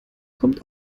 kommt